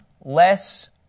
less